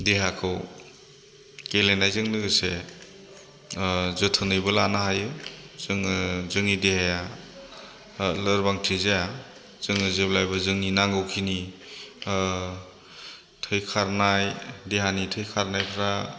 देहाखौ गेलेनायजों लोगोसे जोथोनैबो लानो हायो जोङो जोंनि देहाया लोरबांथि जाया जोङो जेब्लायबो जोंनि नांगौखिनि थै खारनाय देहानि थै खारनायफोरा